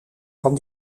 van